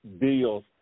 deals